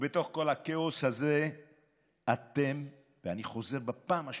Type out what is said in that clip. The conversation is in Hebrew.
ובתוך כל הכאוס הזה אתם, ואני חוזר בפעם השלישית,